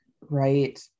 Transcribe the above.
Right